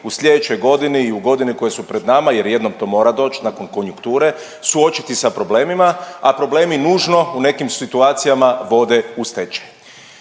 u slijedećoj godini i u godine koje su pred nama jer jednom to mora doć nakon konjukture, suočiti sa problemima, a problemi nužno u nekim situacijama vode u stečaj,